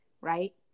right